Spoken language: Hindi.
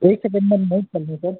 एक सेकेंड मैं नोट कर लूँ सर